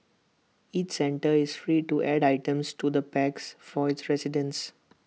each centre is free to add items to the packs for its residents